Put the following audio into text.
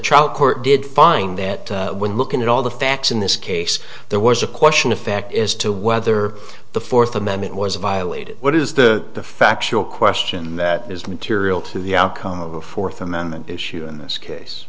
trial court did find that when looking at all the facts in this case there was a question of fact as to whether the fourth amendment was violated what is the factual question that is material to the outcome of a fourth amendment issue in this case